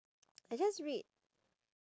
I just read